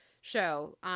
show